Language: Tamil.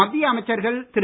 மத்திய அமைச்சர்கள் திரு